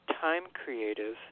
time-creative